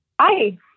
Hi